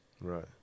Right